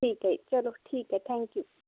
ਠੀਕ ਹੈ ਜੀ ਚਲੋ ਠੀਕ ਹੈ ਥੈਂਕ ਯੂ